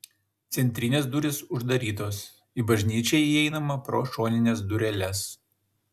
centrinės durys uždarytos į bažnyčią įeinama pro šonines dureles